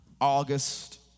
August